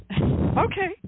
Okay